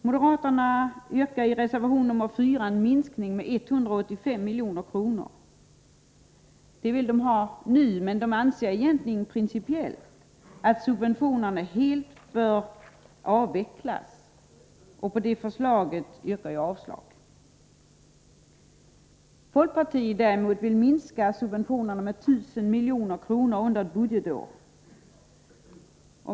Moderaterna yrkar i reservation 4 på en minskning med 185 milj.kr., men anser egentligen principiellt att subventionerna helt bör avvecklas. Jag yrkar avslag på det förslaget. Folkpartiet vill däremot minska subventionerna med 1 000 milj.kr. under ett budgetår.